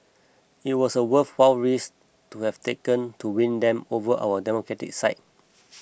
it was a worthwhile risk to have taken to win them over our democratic side